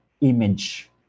image